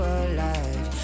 alive